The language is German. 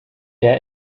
der